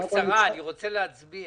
אבל בקצרה, אני רוצה להצביע.